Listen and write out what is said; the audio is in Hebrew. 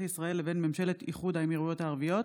ישראל לבין ממשלת איחוד האמירויות הערביות,